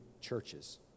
churches